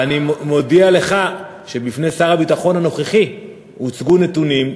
ואני מודיע לך שבפני שר הביטחון הנוכחי הוצגו נתונים,